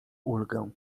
ulgę